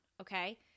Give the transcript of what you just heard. okay